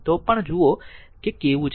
તો પણ જુઓ કેવું છે